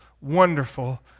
wonderful